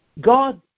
God